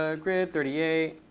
ah grid thirty eight